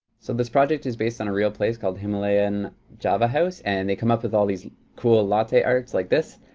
so this project is based on a real place called himalayan java house. and they come up with all these cool latte arts like this.